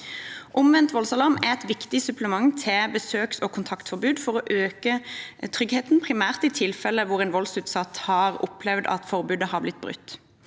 Omvendt voldsalarm er et viktig supplement til besøks- og kontaktforbud for å øke tryggheten, primært i tilfeller hvor en voldsutsatt har opplevd at forbudet har blitt brutt.